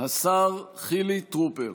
השר חילי טרופר.